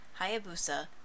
Hayabusa